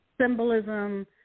symbolism